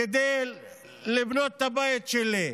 כדי לבנות את הבית שלי.